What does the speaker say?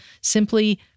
simply